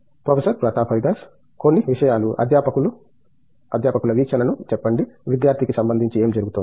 professor Pratap Haridas కొన్ని విషయాలు అధ్యాపకుల వీక్షణను చెప్పండి విద్యార్థికి సంబంధించి ఏమి జరుగుతోంది